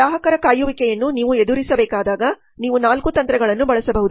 ಗ್ರಾಹಕರ ಕಾಯುವಿಕೆಯನ್ನು ನೀವು ಎದುರಿಸಬೇಕಾದಾಗ ನೀವು 4 ತಂತ್ರಗಳನ್ನು ಬಳಸಬಹುದು